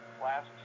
last